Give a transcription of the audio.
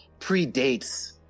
predates